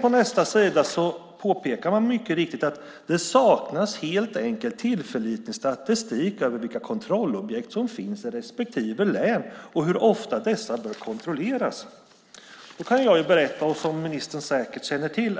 På nästa sida påpekas mycket riktigt att det helt enkelt saknas tillförlitlig statistik över vilka kontrollobjekt som finns i respektive län och hur ofta dessa bör kontrolleras. Jag kan berätta, vilket ministern säkert känner till